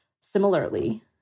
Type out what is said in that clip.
similarly